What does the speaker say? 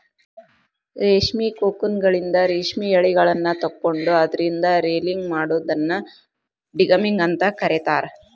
ರೇಷ್ಮಿ ಕೋಕೂನ್ಗಳಿಂದ ರೇಷ್ಮೆ ಯಳಿಗಳನ್ನ ತಕ್ಕೊಂಡು ಅದ್ರಿಂದ ರೇಲಿಂಗ್ ಮಾಡೋದನ್ನ ಡಿಗಮ್ಮಿಂಗ್ ಅಂತ ಕರೇತಾರ